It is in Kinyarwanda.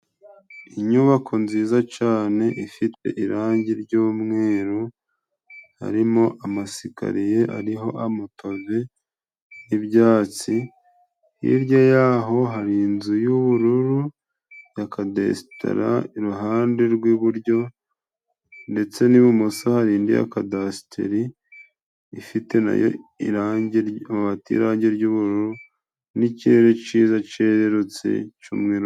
Inyubako nziza cane ifite irangi ry'umweru, harimo amasikariye ariho amapave y'ibyatsi. Hirya yaho hari inzu yubururu ya cadesitara iruhande rw'iburyo. Ndetse n'ibumoso hari indi ya cadasiteri ifite nayo irangi amabati y'irangi ry'ubururu n'icirere ciza cererutse c'umweru.